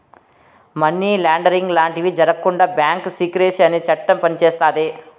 money laundering లాంటివి జరగకుండా bank secrecy అనే చట్టం పనిచేస్తాది